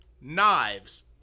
knives